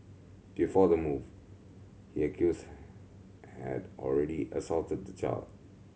before the move he accused had already assaulted the child